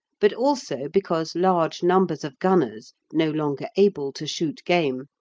but also because large numbers of gunners, no longer able to shoot game,